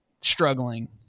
struggling